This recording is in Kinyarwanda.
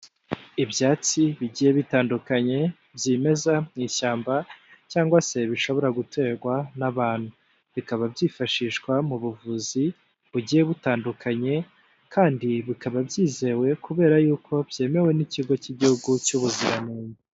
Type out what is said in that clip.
Ibyatsi bigiye bitandukanye byimeza mu ishyamba cyangwa se bishobora guterwa n'abantu, bikaba byifashishwa mu buvuzi bugiye butandukanye kandi bikaba byizewe kubera yuko byemewe n'ikigo cy'Igihugu cy'ubuziranenge.